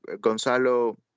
Gonzalo